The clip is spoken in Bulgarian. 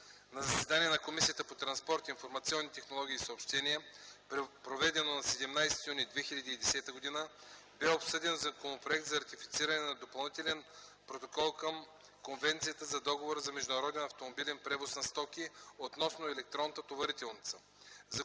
заседание на Комисията по транспорт, информационни технологии и съобщения, проведено на 17 юни 2010 г., бе обсъден Законопроект за ратифициране на Допълнителен протокол към Конвенцията за договора за международен автомобилен превоз на стоки относно електронната товарителница.